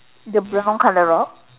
the brown colour rock